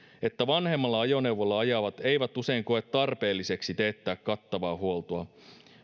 että vanhemmalla ajoneuvolla ajavat eivät usein koe tarpeelliseksi teettää kattavaa huoltoa